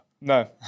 No